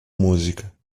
música